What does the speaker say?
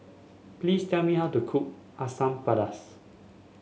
please tell me how to cook Asam Pedas